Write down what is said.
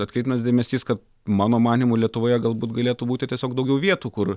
atkreiptinas dėmesys kad mano manymu lietuvoje galbūt galėtų būti tiesiog daugiau vietų kur